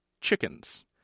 chickens